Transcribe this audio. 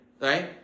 right